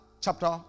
chapter